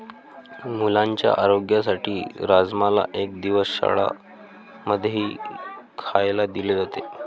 मुलांच्या आरोग्यासाठी राजमाला एक दिवस शाळां मध्येही खायला दिले जाते